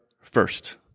first